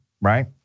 right